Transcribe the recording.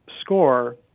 score